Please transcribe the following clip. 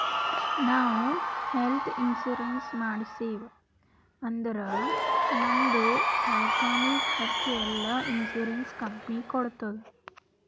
ನಾವ್ health insurance ಮಾಡ್ಸಿವ್ ಅಂದುರ್ ನಮ್ದು ದವ್ಕಾನಿ ಖರ್ಚ್ ಎಲ್ಲಾ ಇನ್ಸೂರೆನ್ಸ್ ಕಂಪನಿ ಕೊಡ್ತುದ್